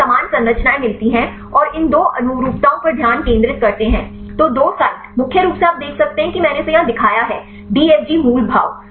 हमें समान संरचनाएं मिलती हैं और इन दो अनुरूपताओं पर ध्यान केंद्रित करते हैं दो साइट मुख्य रूप से आप देख सकते हैं कि मैंने इसे यहाँ दिखाया है DFG मूल भाव